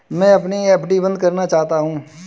मैं अपनी एफ.डी बंद करना चाहता हूँ